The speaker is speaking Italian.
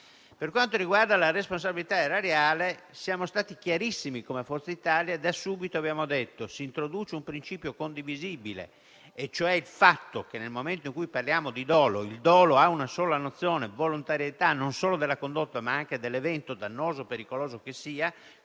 Per quanto riguarda la responsabilità erariale, siamo stati chiarissimi come Forza Italia: da subito abbiamo detto che si introduce un principio condivisibile, e cioè il fatto che, nel momento in cui parliamo di dolo, quest'ultimo ha una sola nozione, la volontarietà, non solo della condotta ma anche dell'evento dannoso o pericoloso che sia